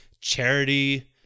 charity